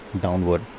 downward